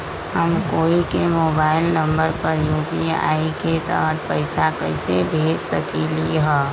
हम कोई के मोबाइल नंबर पर यू.पी.आई के तहत पईसा कईसे भेज सकली ह?